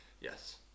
yes